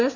S